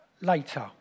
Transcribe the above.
later